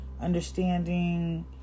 understanding